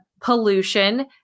pollution